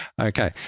Okay